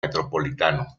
metropolitano